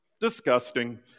Disgusting